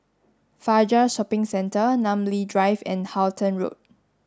Fajar Shopping Centre Namly Drive and Halton Road